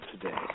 today